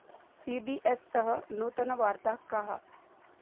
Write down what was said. C बि एस्तः नूतनवार्ताः काः